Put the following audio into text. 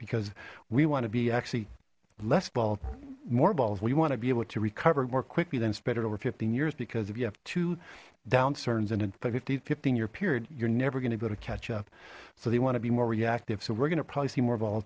because we want to be actually less ball more balls we want to be able to recover more quickly than spread it over fifteen years because if you have two downturns and in fifteen fifteen year period you're never gonna go to catch up so they want to be more reactive so we're gonna probably see more